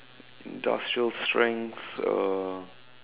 industrial strength uh